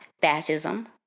fascism